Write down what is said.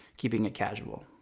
keeping it casual.